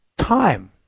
Time